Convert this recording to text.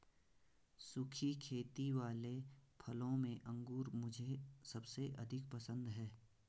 सुखी खेती वाले फलों में अंगूर मुझे सबसे अधिक पसंद है